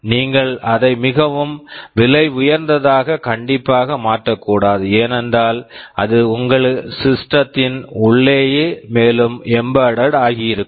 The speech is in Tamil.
நீங்கள் அதை மிகவும் விலை உயர்ந்ததாக கண்டிப்பாக மாற்றக்கூடாது ஏனென்றால் அது உங்கள் சிஸ்டம் system த்தின் உள்ளேயே மேலும் எம்பெட்டட் embedded ஆகி இருக்கும்